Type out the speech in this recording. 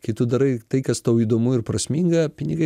kai tu darai tai kas tau įdomu ir prasminga pinigai